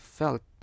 felt